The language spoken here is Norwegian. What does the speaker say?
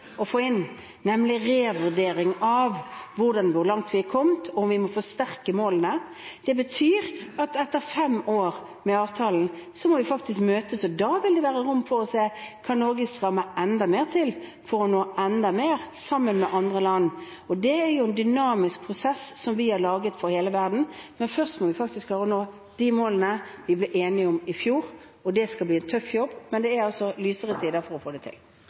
å få inn, nemlig revurdering av hvor langt vi har kommet, og om vi må forsterke målene. Det betyr at etter fem år med avtalen må vi faktisk møtes. Da vil det være rom for å se om Norge kan stramme enda mer til for å nå enda mer sammen med andre land. Det er en dynamisk prosess som vi har laget for hele verden. Men først må vi klare å nå de målene vi ble enige om i fjor. Det skal bli en tøff jobb, men det er altså lysere tider for å få det til.